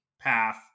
path